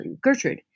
Gertrude